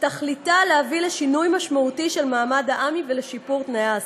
שתכליתה להביא לשינוי משמעותי של מעמד עמ"י ולשיפור תנאי ההעסקה,